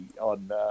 on